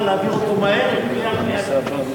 להעביר אותו מהר לקריאה שנייה ושלישית.